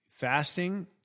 fasting